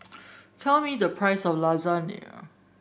tell me the price of Lasagne